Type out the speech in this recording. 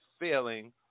failing